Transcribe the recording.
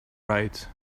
right